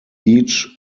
each